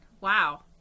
Wow